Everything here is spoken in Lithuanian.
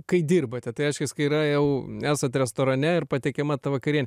kai dirbate tai reiškias kai yra jau esat restorane ir patiekiama ta vakarienė